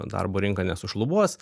darbo rinka nesušlubuos